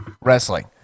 wrestling